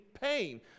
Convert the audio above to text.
pain